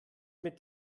mit